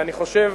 ואני חושב,